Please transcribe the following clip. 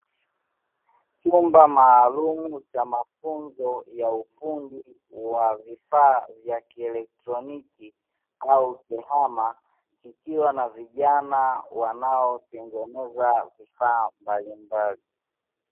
Chumba maalumu cha mafunzo ya ufundi wa vifaa vya kielektroniki au tehama, kikiwa na vijana wanaotengeneza vifaa mbalimbali.